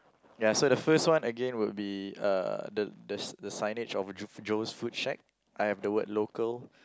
ya so the first one again would be uh the the the signage of J~ Joe's food shack I have the word local